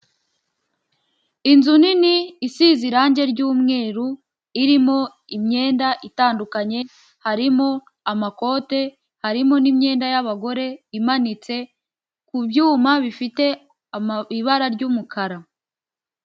Inzu nini isize irange ry'umweru, irimo imyenda itandukanye harimo amakote, harimo n'imyenda y'abagore imanitse ku byuma bifite ibara ry'umukara.